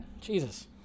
Jesus